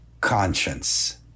conscience